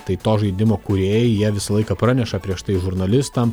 tai to žaidimo kūrėjai jie visą laiką praneša prieš tai žurnalistam